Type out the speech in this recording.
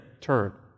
Turn